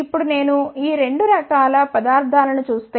ఇప్పుడు నేను ఈ 2 రకాల పదార్థాలను చూస్తే